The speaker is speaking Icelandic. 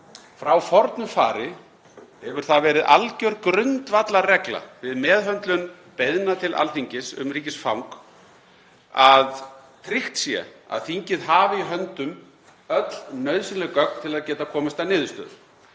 Frá fornu fari hefur það verið alger grundvallarregla, við meðhöndlun beiðna til Alþingis um ríkisfang, að tryggt sé að þingið hafi í höndum öll nauðsynleg gögn til að geta komist að niðurstöðu.